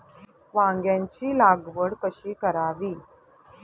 वांग्यांची लागवड कशी करावी?